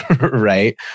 right